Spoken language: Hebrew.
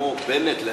כמו בנט,